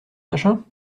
machin